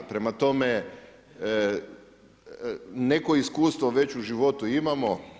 Prema tome, neko iskustvo već u životu imamo.